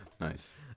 Nice